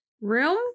Room